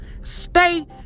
Stay